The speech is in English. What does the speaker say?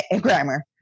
grammar